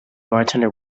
bartender